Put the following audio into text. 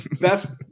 best